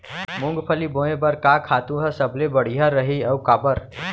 मूंगफली बोए बर का खातू ह सबले बढ़िया रही, अऊ काबर?